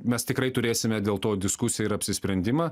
mes tikrai turėsime dėl to diskusiją ir apsisprendimą